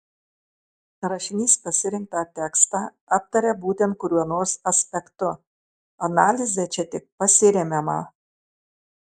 rašinys pasirinktą tekstą aptaria būtent kuriuo nors aspektu analize čia tik pasiremiama